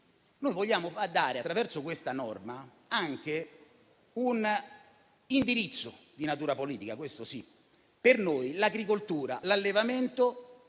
Noi vogliamo dare, attraverso questa norma, anche un indirizzo di natura politica: questo è vero. Per noi l'agricoltura, l'allevamento